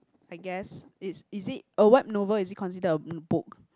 I guess is is it a web novel is it consider a book